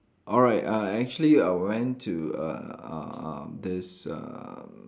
alright uh actually I went to uh uh uh this uh